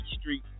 street